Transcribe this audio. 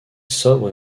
sobre